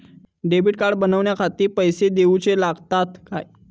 Debit card बनवण्याखाती पैसे दिऊचे लागतात काय?